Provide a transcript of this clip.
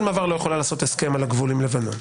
מעבר לא יכולה לעשות הסכם על הגבול עם לבנון.